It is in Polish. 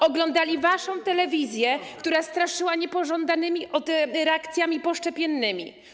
Oglądali waszą telewizję, która straszyła niepożądanymi reakcjami poszczepiennymi.